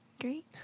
Great